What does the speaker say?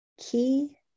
Key